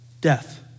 Death